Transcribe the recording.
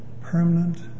permanent